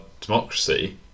democracy